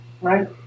right